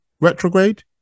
retrograde